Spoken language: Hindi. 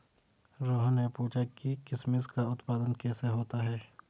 रोहन ने पूछा कि किशमिश का उत्पादन कैसे होता है?